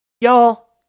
Y'all